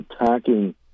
attacking